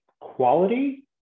quality